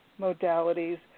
modalities